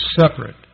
separate